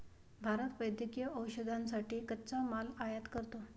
भारत वैद्यकीय औषधांसाठी कच्चा माल आयात करतो